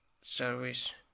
service